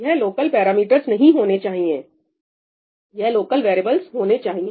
यह local parameters नहीं होनी चाहिए यह लोकल वैरियेबल्स होने चाहिए